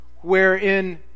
wherein